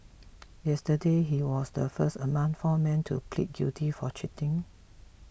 yesterday he was the first among four men to plead guilty for cheating